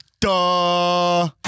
duh